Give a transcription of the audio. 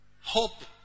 hope